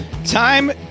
Time